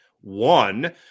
one